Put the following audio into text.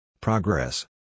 Progress